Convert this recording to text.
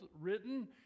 written